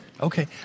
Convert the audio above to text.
Okay